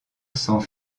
cents